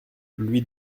lui